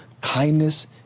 kindness